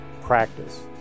Practice